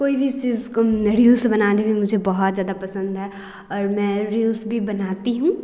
कोई भी चीज़ को रील्स बनाने में मुझे बहुत ज़्यादा पसंद है और मैं रील्स भी बनाती हूँ